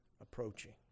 approaching